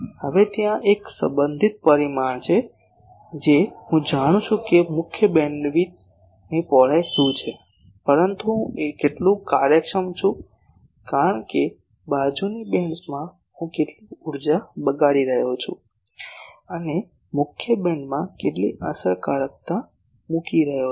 હવે ત્યાં એક સંબંધિત પરિમાણ છે જે હું જાણું છું કે મુખ્ય બીમની પહોળાઈ શું છે પરંતુ હું કેટલું કાર્યક્ષમ છું કારણ કે બાજુની બેન્ડ્સમાં હું કેટલી ઊર્જા બગાડી રહ્યો છું અને મુખ્ય બીમમાં કેટલી અસરકારકતા મૂકી રહ્યો છું